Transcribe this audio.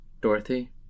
Dorothy